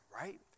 right